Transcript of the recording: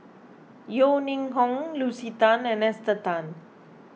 Yeo Ning Hong Lucy Tan and Esther Tan